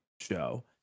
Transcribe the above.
show